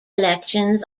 elections